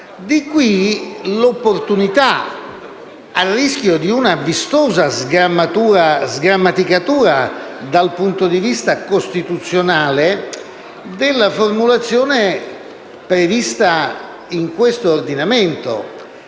deriva l'opportunità, a rischio di una vistosa sgrammaticatura dal punto di vista costituzionale, della formulazione prevista nell'emendamento